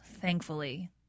thankfully